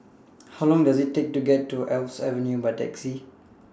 How Long Does IT Take to get to Alps Avenue By Taxi